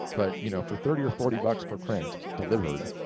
but you know for thirty or forty bucks per print delivered,